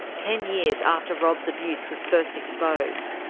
ten years after rob's abuse was first exposed.